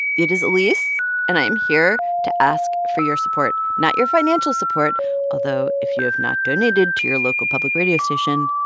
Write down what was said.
it is alix, and i'm here to ask for your support. not your financial support although if you have not donated to your local public radio station,